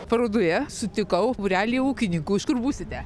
parodoje sutikau būrelį ūkininkų iš kur būsite